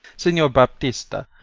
signior baptista,